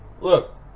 Look